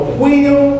wheel